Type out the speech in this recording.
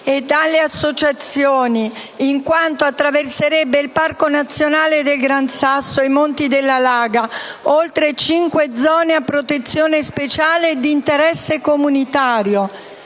e dalle associazioni, in quanto attraverserebbe il Parco nazionale del Gran Sasso e i monti della Laga, oltre a cinque zone a protezione speciale e di interesse comunitario.